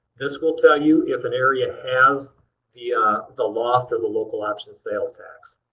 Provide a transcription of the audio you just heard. this will tell you if an area has the ah the lost or the local option sales tax.